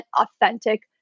authentic